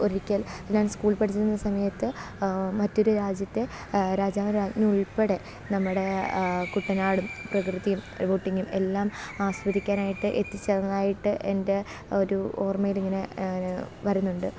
ഒരിക്കൽ ഞാൻ സ്കൂൾ പഠിച്ചിരുന്ന സമയത്ത് മറ്റൊരു രാജ്യത്തെ രാജാവും രാജ്ഞിയുമുൾപ്പെടെ നമ്മുടെ കുട്ടനാടും പ്രകൃതിയും ബോട്ടിങ്ങും എല്ലാം ആസ്വദിക്കാനായിട്ട് എത്തിച്ചേർന്നതായിട്ട് എൻ്റെ ഒരു ഓർമ്മയിലിങ്ങനെ വരുന്നുണ്ട്